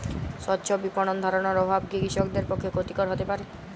স্বচ্ছ বিপণন ধারণার অভাব কি কৃষকদের পক্ষে ক্ষতিকর হতে পারে?